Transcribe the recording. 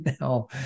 now